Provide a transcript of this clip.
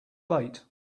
late